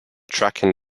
tracking